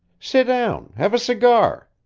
sit down. have a cigar.